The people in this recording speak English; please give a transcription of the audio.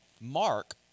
Mark